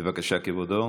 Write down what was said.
בבקשה, כבודו.